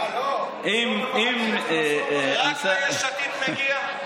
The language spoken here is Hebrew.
אה, לא, רק ליש עתיד מגיע?